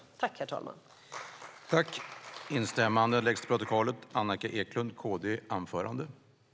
I detta anförande instämde Per Lodenius , Betty Malmberg , Tina Acketoft samt Yvonne Andersson och Annika Eclund .